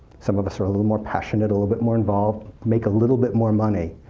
some of us are a little more passionate, a little bit more involved, make a little bit more money,